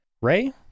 ray